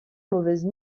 mauvaise